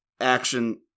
action